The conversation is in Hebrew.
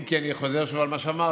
אם כי אני חוזר עכשיו על מה שאמרתי: